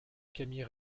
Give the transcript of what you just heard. camille